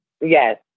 Yes